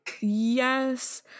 Yes